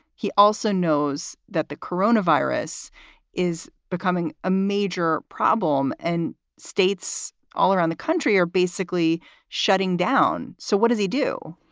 he also knows that the corona virus is becoming a major problem and states all around the country are basically shutting down. so what does he do?